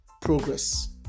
progress